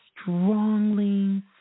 strongly